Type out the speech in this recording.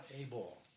able